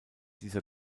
dieser